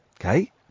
okay